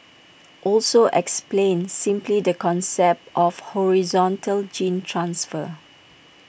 also explained simply the concept of horizontal gene transfer